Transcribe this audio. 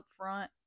upfront